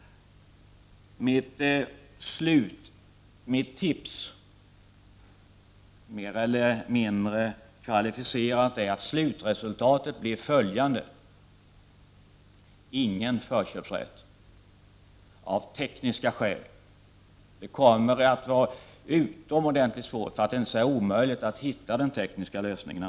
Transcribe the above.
Mitt tips, mer eller mindre kvalificerat, är att slutresultatet blir följande: Ingen förköpsrätt, av tekniska skäl. Det kommer antagligen att vara utomordentligt svårt, för att inte säga omöjligt, att hitta den tekniska lösningen.